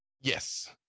yes